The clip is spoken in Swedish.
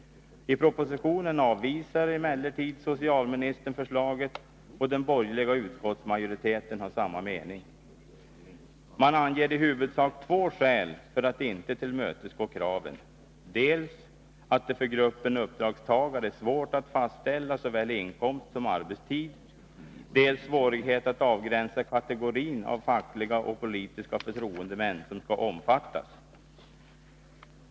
I proposition 1981/82:199 avvisar emellertid socialministern förslaget, och den borgerliga utskottsmajoriteten har samma mening. Man anger i huvudsak två skäl för att inte tillmötesgå kraven: dels att det för gruppen uppdragstagare är svårt att fastställa såväl inkomst som arbetstid, dels att det är svårt att avgränsa kategorin av fackliga och politiska förtroendemän som skall omfattas.